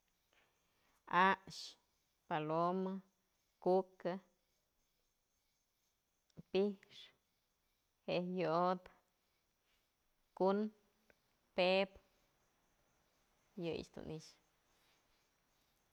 A'axë, paloma, cuca, pi'ix, jejyodë, ku'un, pe'ep, yëyë dun nixë.